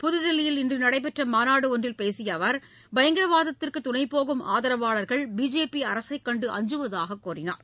புதுதில்லியில் இன்று நடைபெற்ற மாநாடு ஒன்றில் பேசிய அவர் பயங்கரவாதத்திற்கு துணைபோகும் ஆதரவாளர்கள் பிஜேபி அரசை கண்டு அஞ்சுவதாக தெரிவித்தார்